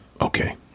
Okay